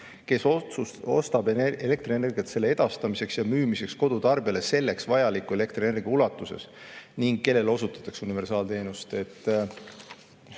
kes ostab elektrienergiat selle edastamiseks ja müümiseks kodutarbijale selleks vajaliku elektrienergia ulatuses ning kellele osutatakse [selle seaduse